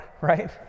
right